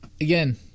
Again